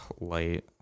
light